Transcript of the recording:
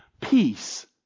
Peace